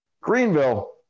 Greenville